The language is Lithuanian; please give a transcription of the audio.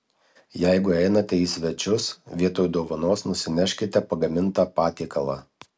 jeigu einate į svečius vietoj dovanos nusineškite pagamintą patiekalą